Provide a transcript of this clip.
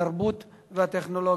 התרבות והטכנולוגיה.